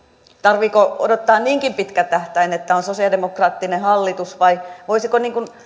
tarvitseeko odottaa niinkin pitkä tähtäin että on sosialidemokraattinen hallitus vai voisiko